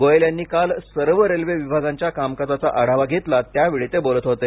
गोयल यांनी काल सर्व रेल्वे विभागांच्या कामकाजाचा आढावा घेतला त्यावेळी ते बोलत होते